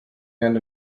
and